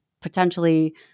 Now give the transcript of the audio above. potentially